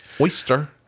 oyster